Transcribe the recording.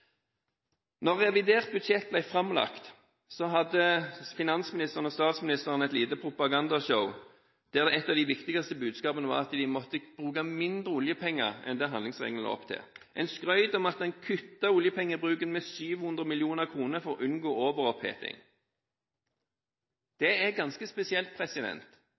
revidert budsjett ble framlagt, hadde finansministeren og statsministeren et lite propaganda-show, der et av de viktigste budskapene var at de måtte bruke mindre oljepenger enn det handlingsregelen la opp til. En skrøt av at en kuttet oljepengebruken med 700 mill. kr for å unngå overoppheting. Det er ganske spesielt